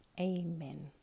Amen